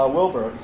Wilbur